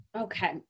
Okay